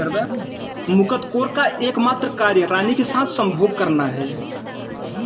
मुकत्कोर का एकमात्र कार्य रानी के साथ संभोग करना है